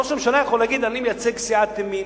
ראש הממשלה יכול להגיד: אני מייצג סיעת ימין,